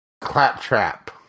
Claptrap